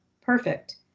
perfect